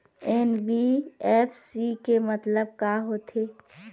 NBFC के मतलब का होथे?